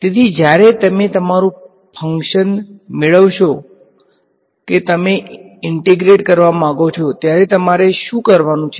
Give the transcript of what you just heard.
તેથી જ્યારે તમે તમારું ફંકશન મેળવશો કે તમે ઈંટેગ્રેટ કરવા માંગો છો ત્યારે તમારે શું કરવાનું છે